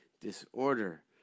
disorder